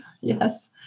Yes